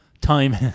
time